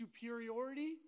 superiority